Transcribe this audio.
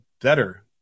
better